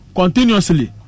continuously